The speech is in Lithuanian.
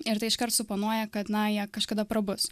ir tai iškart suponuoja kad na jie kažkada prabus